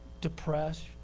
depressed